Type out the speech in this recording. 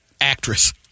actress